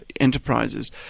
enterprises